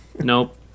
Nope